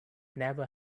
never